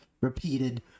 repeated